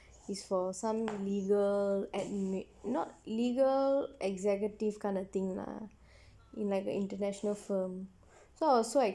it's for some legal ad~ not legal executive kind of thing lah in like a international firm so I was so